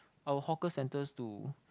our hawker centers to